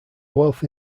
wealthy